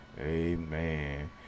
amen